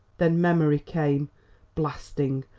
then memory came blasting,